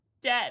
Dead